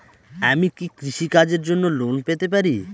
আমি কি কৃষি কাজের জন্য লোন পেতে পারি?